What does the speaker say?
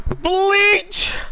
bleach